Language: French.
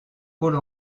pôle